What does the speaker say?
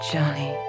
Johnny